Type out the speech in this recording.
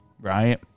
right